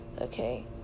okay